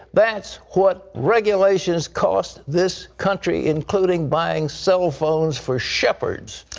that's what regulations cost this country, including buying cell phones for shepherds.